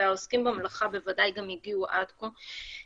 והעוסקים במלאכה בוודאי גם הגיעו עד כה.